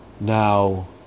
Now